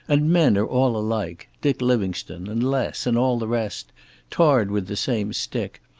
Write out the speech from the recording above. and men are all alike. dick livingstone and les and all the rest tarred with the same stick.